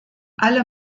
alle